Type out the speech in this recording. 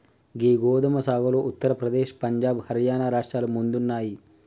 గీ గోదుమ సాగులో ఉత్తర ప్రదేశ్, పంజాబ్, హర్యానా రాష్ట్రాలు ముందున్నాయి